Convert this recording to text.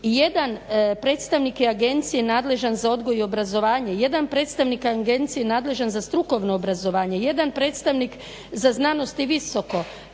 jedan predstavnik agencije je nadležan za odgoj i obrazovanje, jedan predstavnik agencije nadležan za strukovno obrazovanje, jedan predstavnik za znanost i visoko